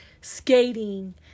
Skating